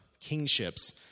kingships